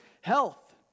health